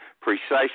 precisely